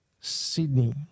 Sydney